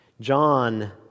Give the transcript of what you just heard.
John